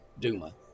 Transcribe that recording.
Duma